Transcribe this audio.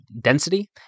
density